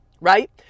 right